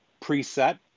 preset